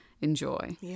enjoy